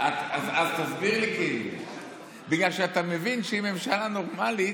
אז תסביר לי, בגלל שאתה מבין שבממשלה נורמלית,